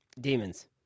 demons